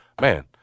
man